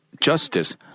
justice